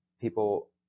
People